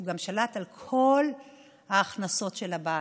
הוא גם שלט על כל ההכנסות של הבית.